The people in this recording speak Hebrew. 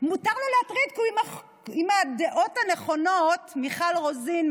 "מותר לו להטריד כי הוא עם הדעות הנכונות" מיכל רוזין,